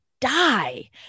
Die